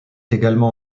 également